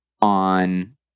on